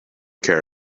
care